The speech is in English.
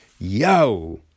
Yo